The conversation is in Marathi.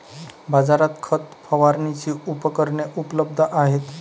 बाजारात खत फवारणीची उपकरणे उपलब्ध आहेत